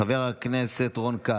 חבר הכנסת רון כץ,